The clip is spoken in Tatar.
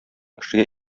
кешегә